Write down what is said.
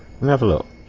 level ah